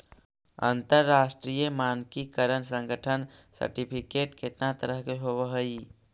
अंतरराष्ट्रीय मानकीकरण संगठन सर्टिफिकेट केतना तरह के होब हई?